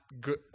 good